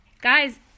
Guys